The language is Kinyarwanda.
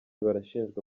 barashinjwa